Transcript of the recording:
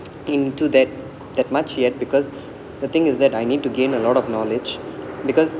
into that that much yet because the thing is that I need to gain a lot of knowledge because